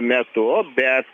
metu bet